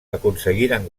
aconseguiren